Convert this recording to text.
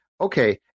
okay